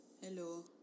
Hello